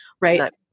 Right